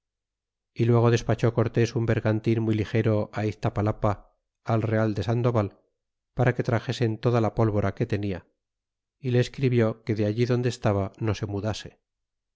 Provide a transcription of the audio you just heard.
y luego despachó cortés un vergantin muy ligero á iztapalapa al real de sandoval para que traxesen toda la pólvora que tenia y le escribió que de allí donde estaba no se mudase